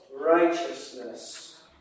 righteousness